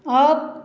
off